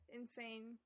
insane